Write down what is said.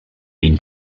been